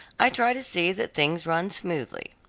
i try to see that things run smoothly.